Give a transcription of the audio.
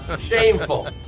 shameful